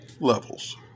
levels